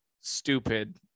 stupid